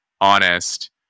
honest